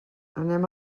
anem